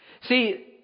See